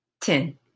ten